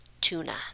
tuna